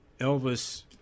Elvis